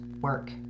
work